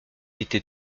était